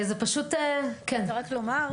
אני רוצה רק לומר,